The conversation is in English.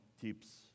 tips